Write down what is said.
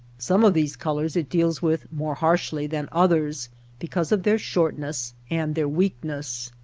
some of these colors it deals with more harshly than others because of their shortness and their weakness.